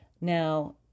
Now